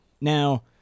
Now